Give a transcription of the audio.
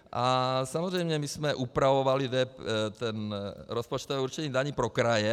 A samozřejmě my jsme upravovali rozpočtové určení daní pro kraje.